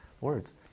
words